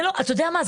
אתה יודע מה?